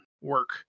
work